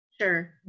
Sure